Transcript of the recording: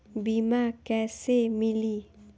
बीमा कैसे मिली?